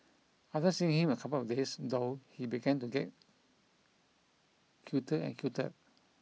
after seeing him a couple of days though he began to get cuter and cuter